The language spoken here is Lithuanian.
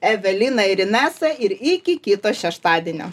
evelina ir inesa ir iki kito šeštadienio